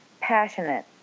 passionate